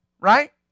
right